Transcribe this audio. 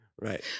Right